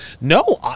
No